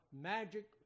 magic